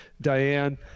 Diane